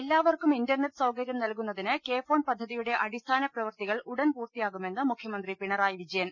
എല്ലാവർക്കും ഇന്റർനെറ്റ് സൌകര്യം നൽകുന്നതിന് കെ ഫോൺ പദ്ധതിയുടെ അടിസ്ഥാന പ്രവൃത്തികൾ ഉടൻ പൂർത്തിയാകുമെന്ന് മുഖ്യമന്ത്രി പ്രിണറായി വിജയൻ